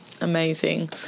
Amazing